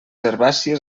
herbàcies